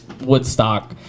woodstock